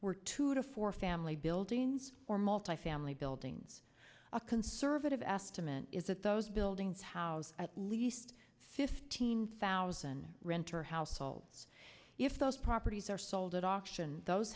were two to four family buildings or multifamily buildings a conservative estimate is that those buildings house at least fifteen thousand renter households if those properties are sold at auction those